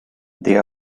they